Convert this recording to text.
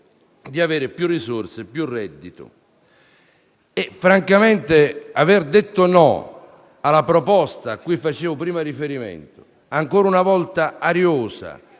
di più risorse e più reddito. Francamente, aver detto no alla proposta cui facevo prima riferimento, ancora una volta ariosa,